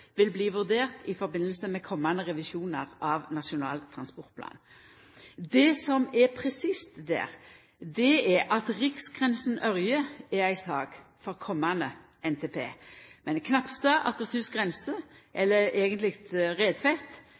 vil bli vurdert i samband med komande revisjonar av Nasjonal transportplan. Det som er presist her, er at Riksgrensa–Ørje er ei sak for kommande NTP, men Knapstad–Akershus grense, eller eigentleg